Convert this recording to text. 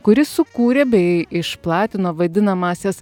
kuris sukūrė bei išplatino vadinamąsias